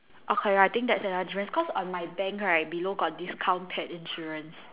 okay I think that's another difference cause on my bank right below got discount pet insurance